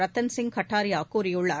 ரத்தன்சிங் கட்டாரியா கூறியுள்ளார்